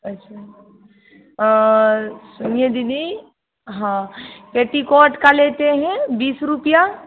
अच्छा सुनिए दीदी हाँ पेटिकोट का लेते हैं बीस रुपया